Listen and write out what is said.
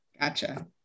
Gotcha